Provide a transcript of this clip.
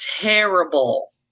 terrible